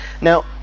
Now